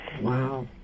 Wow